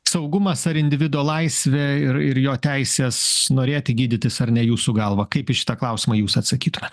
saugumas ar individo laisvė ir ir jo teisės norėti gydytis ar ne jūsų galva kaip į šitą klausimą jūs atsakytumėt